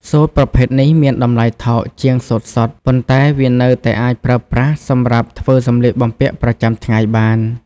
សូត្រប្រភេទនេះមានតម្លៃថោកជាងសូត្រសុទ្ធ ប៉ុន្តែវានៅតែអាចប្រើប្រាស់សម្រាប់ធ្វើសំលៀកបំពាក់ប្រចាំថ្ងៃបាន។